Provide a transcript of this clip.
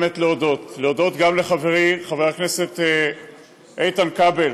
להודות גם לחברי חבר הכנסת איתן כבל,